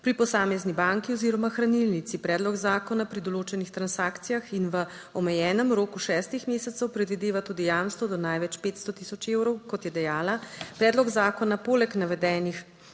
pri posamezni banki oziroma hranilnici. Predlog zakona pri določenih transakcijah in v omejenem roku šestih mesecev predvideva tudi jamstvo do največ 500000 evrov kot je dejala, predlog zakona poleg navedenih